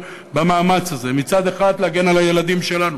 במאמץ הזה: מצד אחד להגן על הילדים שלנו,